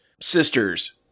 Sisters